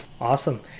Awesome